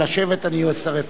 אני אצרף את קולך.